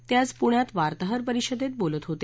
ते आज पुण्यात वार्ताहर परीषदेत बोलत होते